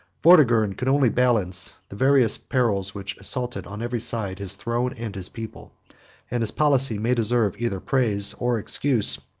vortigern could only balance the various perils, which assaulted on every side his throne and his people and his policy may deserve either praise or excuse,